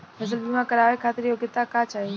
फसल बीमा करावे खातिर योग्यता का चाही?